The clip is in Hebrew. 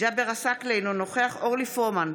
ג'בר עסאקלה אינו נוכח אורלי פורמן,